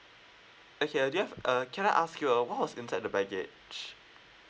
okay uh do you have uh can I ask you uh what was inside the baggage